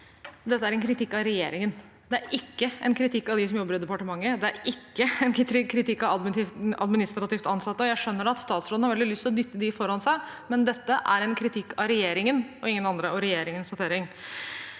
Dette er en kritikk av regjeringen. Det er ikke en kritikk av dem som jobber i departementet. Det er ikke en kritikk av den administrativt ansatte. Jeg skjønner at statsråden har veldig lyst til å dytte dem foran seg, men dette er en kritikk av regjeringen og ingen andre, og